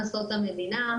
המדינה,